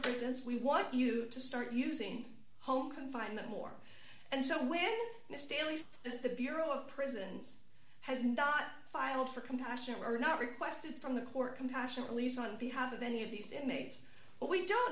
presents we want you to start using home confinement more and so when misteries is the bureau of prisons has not filed for compassion or not requested from the court compassionate release on behalf of any of these inmates or we don't